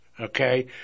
okay